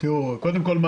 קודם כל,